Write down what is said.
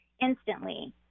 instantly